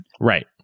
Right